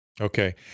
Okay